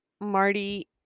Marty